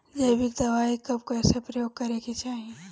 जैविक दवाई कब कैसे प्रयोग करे के चाही?